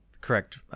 correct